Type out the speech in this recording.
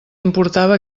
importava